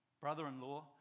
brother-in-law